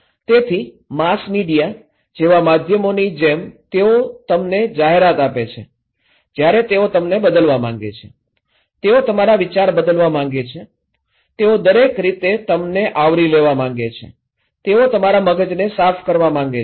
તેથી mass media જેવા માધ્યમોની જેમ તેઓ તમને જાહેરાત આપે છે ત્યારે તેઓ તમને બદલવા માંગે છે તેઓ તમારા વિચાર બદલવા માંગે છે તેઓ દરેક રીતે તમને આવરી લેવા માંગે છે તેઓ તમારા મગજને સાફ કરવા માંગે છે